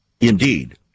Indeed